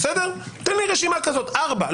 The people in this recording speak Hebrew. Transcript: תן לי רשימה של ארבע פעולות העיבוד הראשונות,